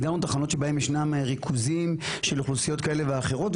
הגדרנו תחנות שבהן ישנם ריכוזים של אוכלוסיות כאלה ואחרות.